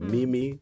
Mimi